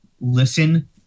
listen